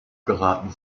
geraten